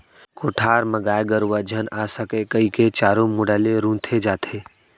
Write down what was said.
कोठार म गाय गरूवा झन आ सकय कइके चारों मुड़ा ले रूंथे जाथे